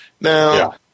Now